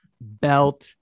belt